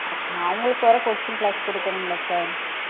அப்போனா அவங்களுக்கு வேறு கோச்சிங் க்ளாஸ் கொடுக்கணும்ல சார்